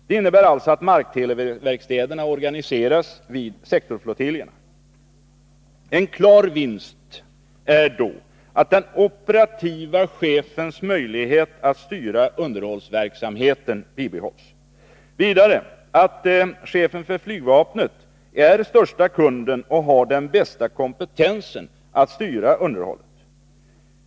Det innebär alltså att markteleverkstäderna organiseras vid sektorflottiljerna. En klar vinst är att den operativa chefens möjlighet att styra underhållsverksamheten bibehålls. Vidare är chefen för flygvapnet den största kunden och har den bästa kompetensen att styra underhållet.